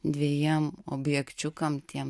dvejiem objekčiukam tiem